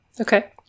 Okay